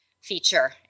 feature